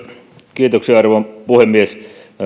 kiitoksia arvon puhemies